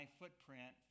footprint